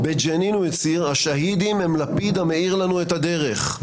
בג'נין הוא הצהיר: השאהידים הם לפיד המאיר לנו את הדרך.